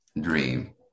dream